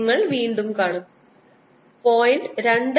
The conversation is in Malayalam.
നിങ്ങൾ വീണ്ടും കാണുന്നു അത് 0